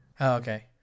Okay